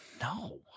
no